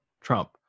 Trump